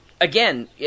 again